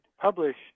publish